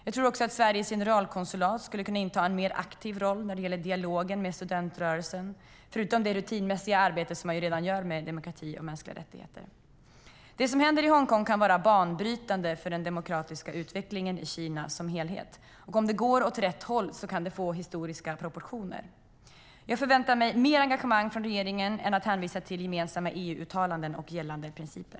Jag tror också att Sveriges generalkonsulat skulle kunna inta en mer aktiv roll när det gäller dialogen med studentrörelsen, förutom det rutinmässiga arbete man redan gör med demokrati och mänskliga rättigheter. Det som händer i Hongkong kan vara banbrytande för den demokratiska utvecklingen i Kina som helhet. Om det går åt rätt håll kan det få historiska proportioner. Jag förväntar mig mer engagemang från regeringen än att hänvisa till gemensamma EU-uttalanden och gällande principer.